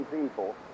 people